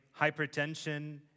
hypertension